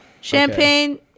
Champagne